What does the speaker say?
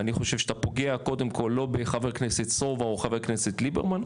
אני חושב שאתה לא פוגע בחבר הכנסת סובה או בחבר הכנסת ליברמן,